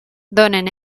donen